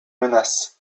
menaces